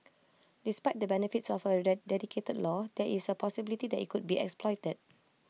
despite the benefits of A dedicated law there is A possibility that IT could be exploited